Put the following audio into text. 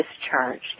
discharged